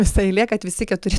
visa eilė kad visi keturi